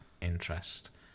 interest